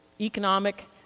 economic